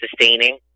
sustaining